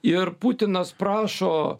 ir putinas prašo